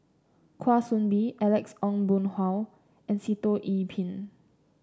Kwa Soon Bee Alex Ong Boon Hau and Sitoh Yih Pin